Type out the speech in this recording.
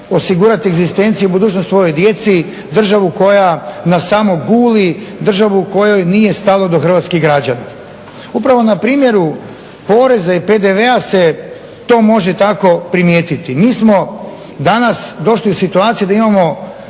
osigurati egzistenciju i budućnost svojoj djeci, državu koja nas samo guli, državu u kojoj nije stalo do hrvatskih građana. Upravo na primjeru poreza i PDV-a se to može tako primijetiti. Mi smo danas došli u situaciju da imamo